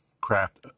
craft